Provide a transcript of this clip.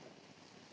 Hvala.